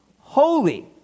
holy